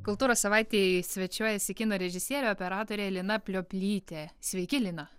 kultūros savaitėje svečiuojasi kino režisierė operatorė lina plioplytė sveiki lina